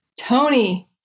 Tony